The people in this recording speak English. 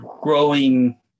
growing